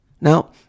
Now